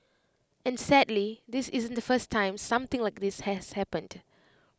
and sadly this isn't the first time something like this has happened